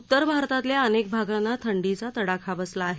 उत्तर भारतातल्या अनेक भागांना थंडीचा तडाखा बसला आहे